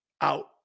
out